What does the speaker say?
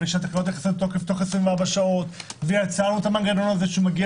ושהתקנות נכנסות לתוקף תוך 24 שעות ויצרנו את המנגנון שמגיע